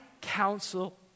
counsel